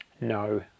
no